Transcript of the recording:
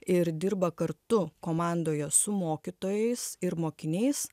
ir dirba kartu komandoje su mokytojais ir mokiniais